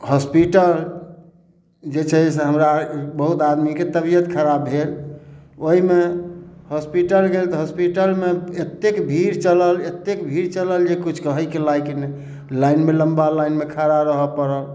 hospital जे छै से हमरा बहुत आदमीके तबियत खराब भेल ओहिमे हॉस्पिटल गेल तऽ हॉस्पिटलमे एतेक भीड़ चलल एतेक भीड़ चलल जे किछु कहैके लाइक नहि लाइनमे लम्बा लाइनमे खड़ा रहऽ पड़ल